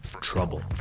Trouble